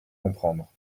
comprendre